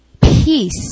Peace